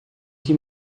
que